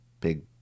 big